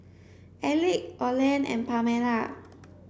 Elick Olen and Pamela